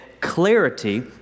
clarity